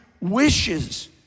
wishes